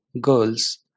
girls